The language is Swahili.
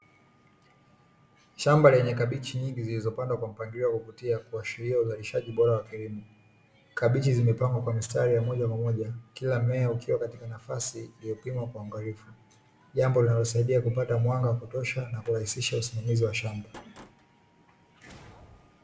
Shamba lenye kabichi zilizopandwa kwa mpangilio wa kuvutia kuashiria uzalishaji bora wa kilimo, kabichi zimepandwa kwa mistari ya moja kwa moja; kila mmea ukiwa katika nafasi iliyopimwa kwa uangalifu jambo linalosaidia kupata mwanga wa kutosha na kurahisisha usimamizi wa shamba.